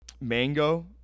mango